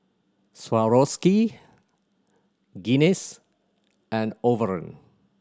Swarovski Guinness and Overrun